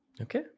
Okay